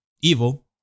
evil